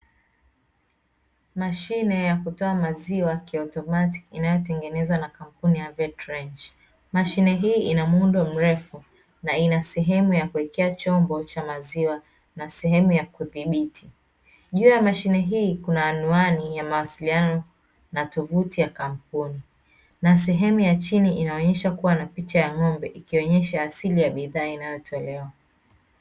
Mashine ya kutoa maziwa kiotomatiki inayotengenezwa na kampuni ya "VET RANGE" mashine hii ina muundo mrefu na ina sehemu ya kuwekea chombo cha maziwa, na sehemu ya kuthibiti juu ya mashine hii kuna anuani ya mawasiliano na tovuti ya kampuni, na sehemu ya chini inaonesha kuwa na picha ya ng'ombe ikionesha siri ya bidhaa.